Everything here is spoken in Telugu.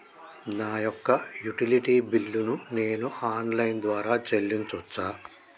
నా యొక్క యుటిలిటీ బిల్లు ను నేను ఆన్ లైన్ ద్వారా చెల్లించొచ్చా?